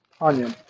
onion